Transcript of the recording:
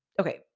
Okay